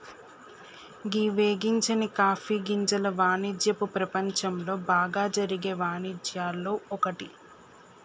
గీ వేగించని కాఫీ గింజల వానిజ్యపు ప్రపంచంలో బాగా జరిగే వానిజ్యాల్లో ఒక్కటి